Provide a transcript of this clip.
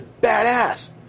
badass